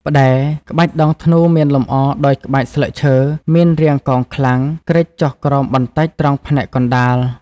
ផ្តែរ ក្បាច់ដងធ្នូមានលម្អដោយក្បាច់ស្លឹងឈើ មានរាងកោងខ្លាំង គ្រេចចុះក្រោមបន្តិចត្រង់ផ្នែកកណ្តាល។